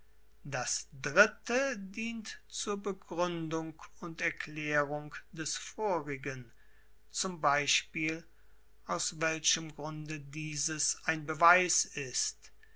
das dritte dient zur begründung und erklärung des vorigen z b aus welchem grunde dieses ein beweis ist